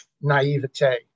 naivete